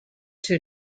two